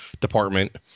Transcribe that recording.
department